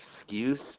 excuse